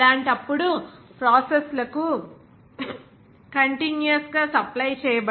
అలాంటప్పుడు ప్రాసెస్ లకు కంటిన్యూయస్ గా సప్లై చేయబడిన అమౌంట్ ఉండదు బ్యాచ్ సిస్టం లో ఆ ఆపరేషన్స్